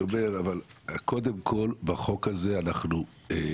אבל קודם כל, החוק הזה מאוד